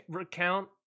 account